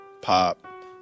pop